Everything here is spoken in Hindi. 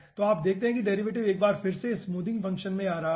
तो आप देखते हैं डेरिवेटिव एक बार फिर से स्मूथिंग फंक्शन में आ रहा हैं